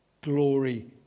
glory